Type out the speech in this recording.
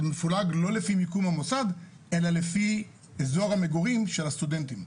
מפולג לא לפי מיקום המוסד אלא לפי אזור המגורים של הסטודנטים.